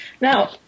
Now